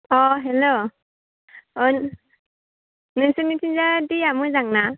अ हेल' ओ नोंसिनिथिंजाय दैया मोजांना